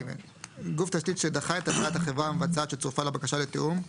(ג)גוף תשתית שדחה את הצעת החברה המבצעת שצורפה לבקשה לתיאום,